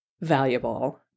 valuable